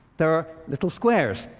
there are little squares,